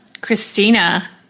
Christina